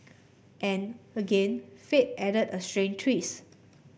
and again fate added a strange twist